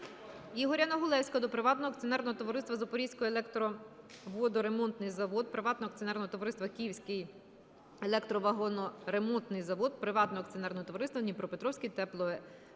Ігоря Негулевського до Приватного акціонерного товариства "Запорізький електровозоремонтний завод", Приватного акціонерного товариства "Київський електровагоноремонтний завод", Приватного акціонерного товариства "Дніпропетровський тепловозоремонтний